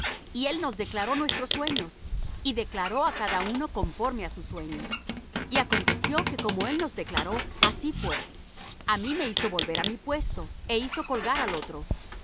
y él nos declaró nuestros sueños y declaró á cada uno conforme á su sueño y aconteció que como él nos declaró así fué á mí me hizo volver á mi puesto é hizo colgar al otro